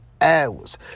hours